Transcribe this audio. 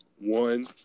One